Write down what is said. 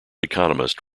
economist